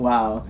Wow